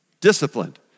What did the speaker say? disciplined